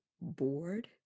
bored